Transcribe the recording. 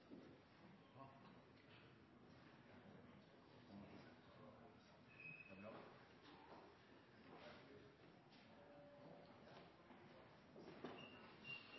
ja,